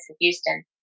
Houston